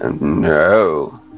No